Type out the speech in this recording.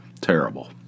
Terrible